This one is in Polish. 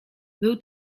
był